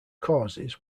causes